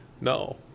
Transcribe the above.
no